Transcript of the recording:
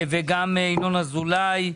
וגם ינון אזולאי,